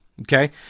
okay